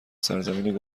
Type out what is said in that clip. سرزمین